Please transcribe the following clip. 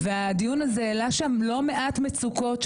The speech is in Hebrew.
והדיון זה העלה שם לא מעט מצוקות,